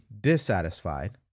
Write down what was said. dissatisfied